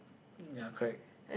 um ya correct